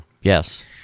Yes